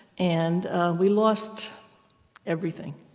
and we lost everything,